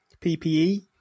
PPE